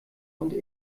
und